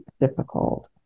difficult